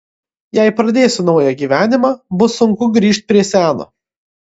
jei pradėsiu naują gyvenimą bus sunku grįžt prie seno